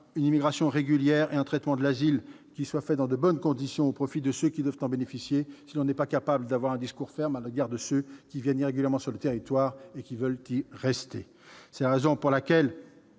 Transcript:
une immigration régulière et traiter les demandes d'asile dans de bonnes conditions, au profit de ceux qui doivent en bénéficier, si l'on n'est pas capable de tenir un discours ferme à l'encontre de ceux qui entrent irrégulièrement sur le territoire et qui entendent y rester. C'est la raison pour laquelle